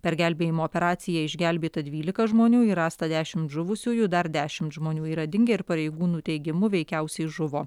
per gelbėjimo operaciją išgelbėta dvylika žmonių ir rasta dešim žuvusiųjų dar dešimt žmonių yra dingę ir pareigūnų teigimu veikiausiai žuvo